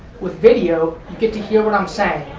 with video you get to hear what i'm saying.